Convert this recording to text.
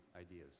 ideas